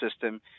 system